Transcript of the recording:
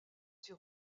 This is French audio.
sur